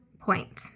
point